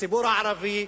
הציבור הערבי,